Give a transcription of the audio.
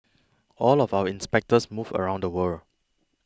all of our inspectors move around the world